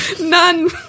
None